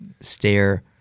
stare